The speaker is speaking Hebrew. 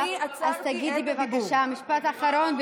אז תגידי בבקשה משפט אחרון וזהו.